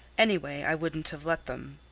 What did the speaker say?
any way, i wouldn't have let them.